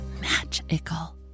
magical